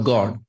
God